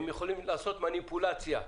הם יכולים לעשות מניפולציה.